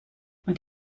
und